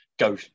go